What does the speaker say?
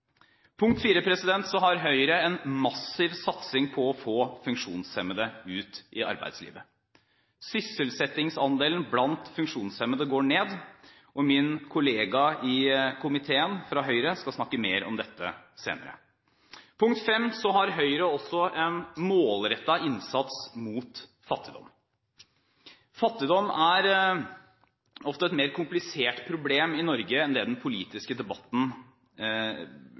Høyre har en massiv satsing på å få funksjonshemmede ut i arbeidslivet. Sysselsettingsandelen blant funksjonshemmede går ned, og min kollega fra Høyre i komiteen skal snakke mer om dette senere. Punkt 5: Høyre har også en målrettet innsats mot fattigdom. Fattigdom er ofte et mer komplisert problem i Norge enn det høres ut som i den politiske debatten.